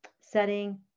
setting